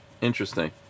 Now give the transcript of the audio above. interesting